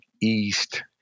east